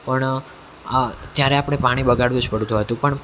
પણ ત્યારે આપણે પાણી બગાડવું જ પડતું હતું પણ